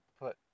put